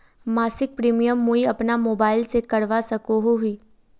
मासिक प्रीमियम मुई अपना मोबाईल से करवा सकोहो ही?